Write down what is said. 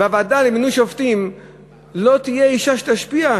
ובוועדה למינוי שופטים לא תהיה אישה שתשפיע,